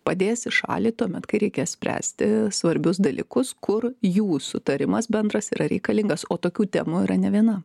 padės į šalį tuomet kai reikės spręsti svarbius dalykus kur jų sutarimas bendras yra reikalingas o tokių temų yra ne viena